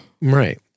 Right